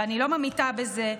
ואני לא ממעיטה בזה,